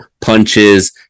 Punches